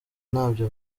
ntabyo